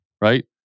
right